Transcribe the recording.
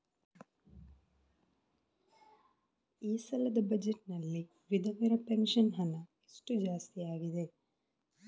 ಈ ಸಲದ ಬಜೆಟ್ ನಲ್ಲಿ ವಿಧವೆರ ಪೆನ್ಷನ್ ಹಣ ಎಷ್ಟು ಜಾಸ್ತಿ ಆಗಿದೆ?